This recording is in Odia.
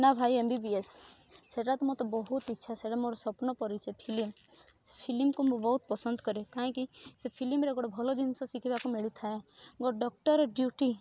Munna Bhai M B B S ସେଇଟା ତ ମତେ ବହୁତ ଇଚ୍ଛା ସେଇଟା ମୋର ସ୍ବପନ ପରି ସେ ଫିଲ୍ମ ଫିଲ୍ମକୁ ମୁଁ ବହୁତ ପସନ୍ଦ କରେ କାହିଁକି ସେ ଫିଲ୍ମରେ ଗୋଟେ ଭଲ ଜିନିଷ ଶିଖିବାକୁ ମିଳିଥାଏ ଗୋଟେ ଡକ୍ଟର ଡ୍ୟୁଟି